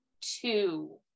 two